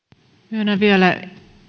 myönnän vielä